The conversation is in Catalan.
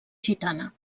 gitana